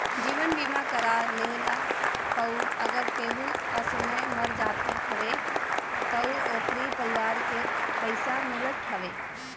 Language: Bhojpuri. जीवन बीमा करा लेहला पअ अगर केहू असमय मर जात हवे तअ ओकरी परिवार के पइसा मिलत हवे